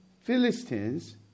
Philistines